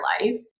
life